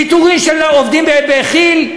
פיטורים של עובדים בכי"ל,